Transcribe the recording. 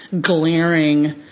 glaring